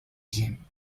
gym